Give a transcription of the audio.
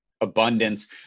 abundance